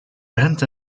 bent